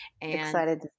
Excited